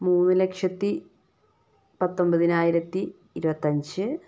മൂന്നുലക്ഷത്തി പത്തൊൻപതിനായിരത്തി ഇരുപത്തഞ്ച്